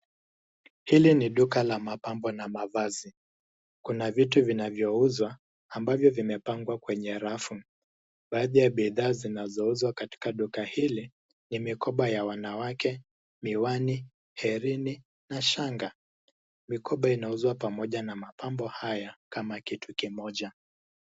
Hili ni duka la mapambo na mavazi. Kuna vitu vinavyouzwa ambavyo vimepangwa kwenye rafu. Baadhi ya bidhaa zinazouzwa katika duka hili ni mikoba ya wanawake, miwani, herini na shanga. Mikoba inauzwa pamoja na mapambo haya kama kitu kimoja.